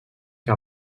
que